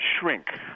shrink